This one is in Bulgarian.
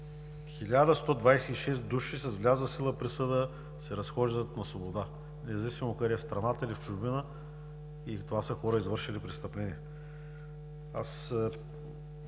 шест души с влязла в сила присъда се разхождат на свобода, независимо къде – в страната, или в чужбина. Това са хора, извършили престъпление! Ще